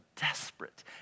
desperate